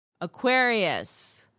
Aquarius